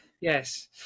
Yes